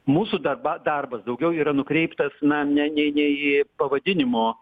mūsų darba darbas daugiau yra nukreiptas na ne ne ne į pavadinimo